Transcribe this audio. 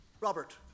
Robert